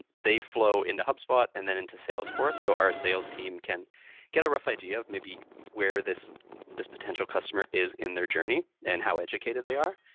they flow into hubspot, and then into salesforce. so our sales team can get a rough idea of maybe where this this potential customer is in their journey and how educated they are.